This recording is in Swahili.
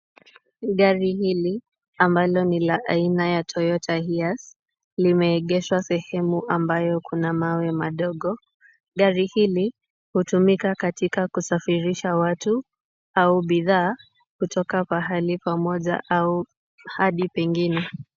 Gari hili ambalo ni la aina ya Toyota Hiace, limeegeshwa sehemu ambayo kuna mawe madogo. Gari hili hutumika katika kusafirisha watu au bidhaa kutoka pahali pamoja hadi pengine.